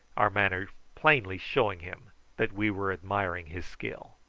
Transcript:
our manner plainly showing him that we were admiring his skill.